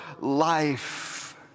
life